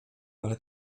ale